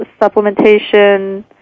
supplementation